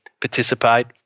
participate